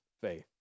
faith